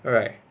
alright